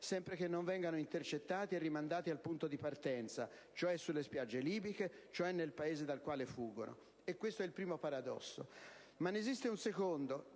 sempre che non vengano intercettati e rimandati al punto di partenza, ossia sulle spiagge libiche, cioè nel Paese dal quale fuggono. Questo è il primo paradosso. Ma esiste un secondo